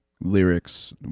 lyrics